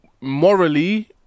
morally